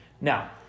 Now